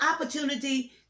opportunity